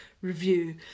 review